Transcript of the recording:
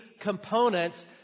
components